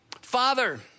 Father